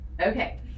Okay